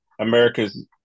America's